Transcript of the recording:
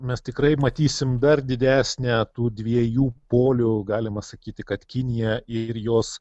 mes tikrai matysim dar didesnę tų dviejų polių galima sakyti kad kinija ir jos